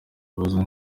ikibazo